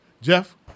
Jeff